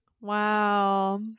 Wow